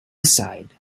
side